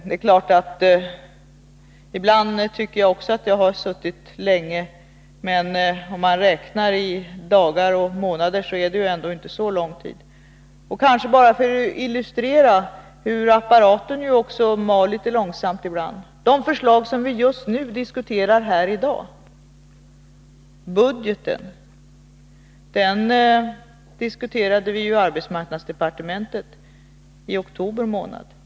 Det är klart att jag också ibland tycker att jag har suttit länge, men om man räknar i dagar och månader är det ändå inte så lång tid. Bara för att illustrera att apparaten också mal litet långsamt ibland, kan jag ta som exempel de förslag vi diskuterar här i dag. Budgeten diskuterade vi i arbetsmarknadsdepartementet i oktober månad.